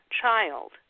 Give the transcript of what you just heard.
child